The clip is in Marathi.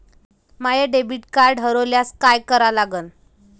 माय डेबिट कार्ड हरोल्यास काय करा लागन?